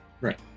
Right